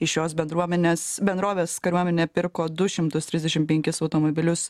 iš šios bendruomenės bendrovės kariuomenė pirko du šimtus trisdešim penkis automobilius